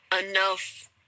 enough